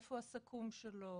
איפה הסכו"ם שלו